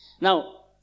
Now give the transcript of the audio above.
Now